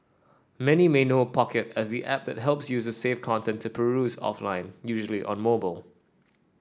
many may know Pocket as the app that helps users save content to peruse offline usually on mobile